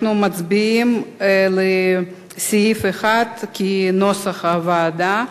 אנחנו מצביעים על סעיף 1 כנוסח הוועדה.